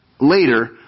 later